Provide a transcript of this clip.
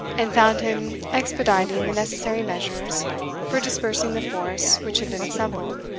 and found him expediting the necessary measures for dispersing the force which had been assembled.